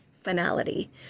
finality